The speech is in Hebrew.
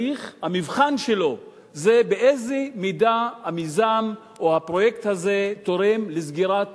המבחן שלו זה באיזו מידה המיזם או הפרויקט הזה תורם לסגירת